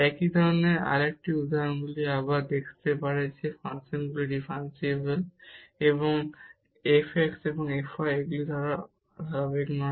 একই ধরনের আরেকটি উদাহরণ আবার এখানে দেখাতে পারে যে ফাংশনটি ডিফারেনসিবল এবং f x এবং f y এগুলো ধারাবাহিক নয়